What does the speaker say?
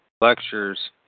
lectures